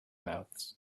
mouths